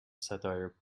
satire